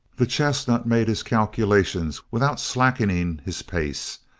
the chestnut made his calculations without slackening his pace.